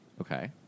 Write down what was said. Okay